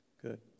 Good